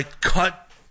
cut